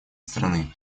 страны